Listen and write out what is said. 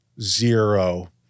zero